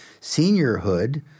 seniorhood